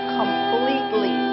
completely